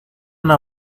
una